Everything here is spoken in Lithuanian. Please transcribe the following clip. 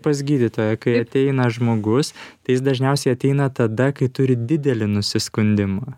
pas gydytoją kai ateina žmogus tai jis dažniausiai ateina tada kai turi didelį nusiskundimą